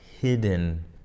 hidden